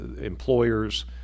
employers